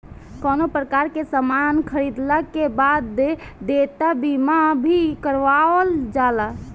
कवनो प्रकार के सामान खरीदला के बाद देयता बीमा भी करावल जाला